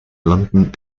london